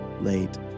late